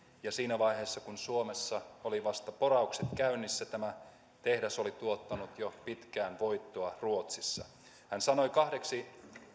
ja siinä vaiheessa kun suomessa oli vasta poraukset käynnissä tämä tehdas oli tuottanut jo pitkään voittoa ruotsissa hän sanoi kahdeksi